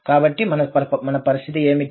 కాబట్టి మన పరిస్థితి ఏమిటి